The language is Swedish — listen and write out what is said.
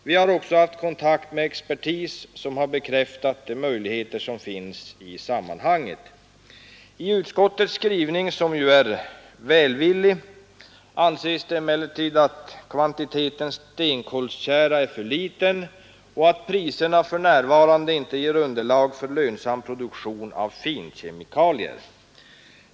Vi har också haft kontakt med expertis som har bekräftat de möjligheter som finns i detta sammanhang I utskottets skrivning, som är välvillig, anses det emellertid att kvantiteten stenkolstjära är för liten och att priserna för närvarande inte ger underlag för lönsam produktion av finkemikalier.